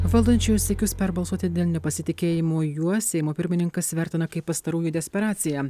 valdančiųjų siekius perbalsuoti dėl nepasitikėjimo juo seimo pirmininkas vertina kaip pastarųjų desperaciją